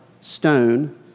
stone